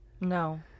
No